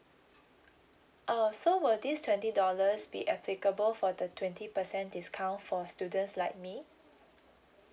uh so will this twenty dollars be applicable for the twenty percent discount for students like me